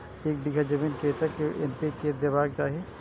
एक बिघा जमीन में कतेक एन.पी.के देबाक चाही?